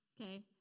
Okay